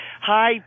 Hi